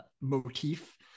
motif